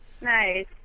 Nice